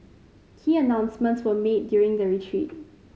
key announcements were made during the retreat